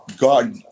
God